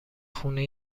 خونه